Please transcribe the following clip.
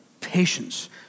patience